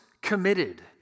committed